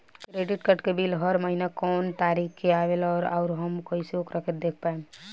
Credit card के bill हर महीना कौना तारीक के आवेला और आउर हम कइसे ओकरा के देख पाएम?